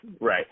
right